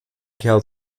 kerl